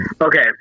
Okay